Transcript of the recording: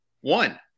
One